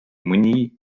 mõni